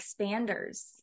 expanders